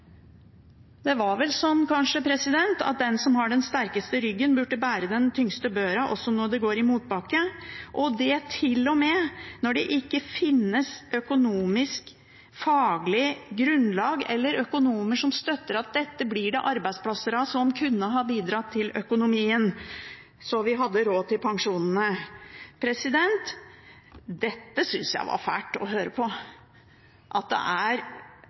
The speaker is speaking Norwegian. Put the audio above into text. Det er vel sånn at den som har den sterkeste ryggen, burde bære den tyngste børa, også når det går i motbakke. Dette skjer til og med når det ikke finnes økonomisk faglig grunnlag – eller økonomer – som støtter at dette blir det arbeidsplasser av som kunne ha bidratt til økonomien, slik at vi hadde råd til pensjonene. Dette synes jeg var fælt å høre på – at det er